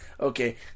Okay